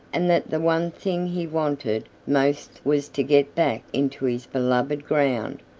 and that the one thing he wanted most was to get back into his beloved ground.